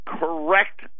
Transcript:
correct